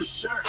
sure